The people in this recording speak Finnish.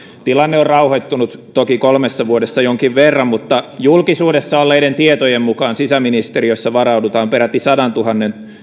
tilanne on rauhoittunut toki kolmessa vuodessa jonkin verran mutta julkisuudessa olleiden tietojen mukaan sisäministeriössä varaudutaan peräti sadantuhannen